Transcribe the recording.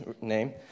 name